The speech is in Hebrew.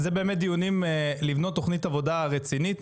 זה באמת דיונים לבנות תוכנית עבודה רצינית,